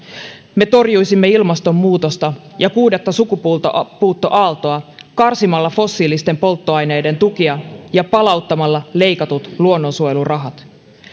me torjuisimme ilmastonmuutosta ja kuudetta sukupuuttoaaltoa karsimalla fossiilisten polttoaineiden tukia ja palauttamalla leikatut luonnonsuojelurahat